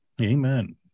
Amen